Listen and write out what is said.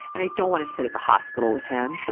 and i don't wanna sit at the hospital with him. sure.